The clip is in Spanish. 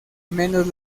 menos